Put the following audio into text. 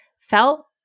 felt